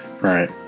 right